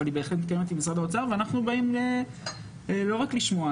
אבל היא בהחלט מתקיימת עם משרד האוצר ואנחנו באים לא רק לשמוע.